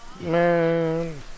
man